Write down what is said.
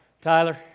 Tyler